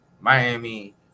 Miami